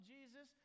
Jesus